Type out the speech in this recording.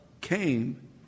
came